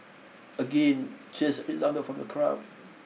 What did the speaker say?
again cheers resounded from the crowd